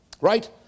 Right